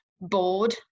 bored